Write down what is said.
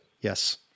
Yes